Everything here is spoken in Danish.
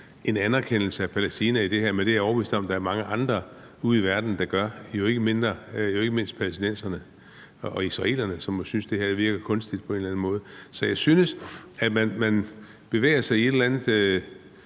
en anerkendelse af Palæstina i det her, men det er jeg overbevist om at der er mange andre ude i verden der gør – jo ikke mindst palæstinenserne og israelerne, som må synes, at det her på en eller anden måde virker kunstigt. Så jeg synes, at man bevæger sig i et eller andet